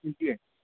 جی